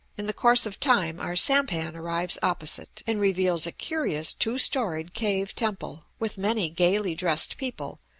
in the course of time our sampan arrives opposite and reveals a curious two-storied cave temple, with many gayly dressed people,